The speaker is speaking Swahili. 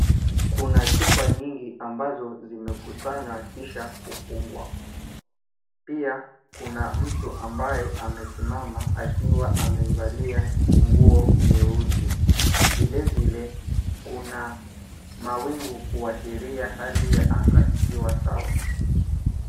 Kuna chupa nyingi ambazo zimekusanywa kisha kufungwa, pia kuna mtu ambaye amesimama akiwa amevalia nguo nyeusi. Vilevile kuna mawingu kuashiria hali ya anga ikiwa sawa.